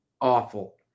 awful